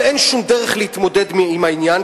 אבל אין שום דרך להתמודד עם העניין,